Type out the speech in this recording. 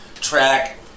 track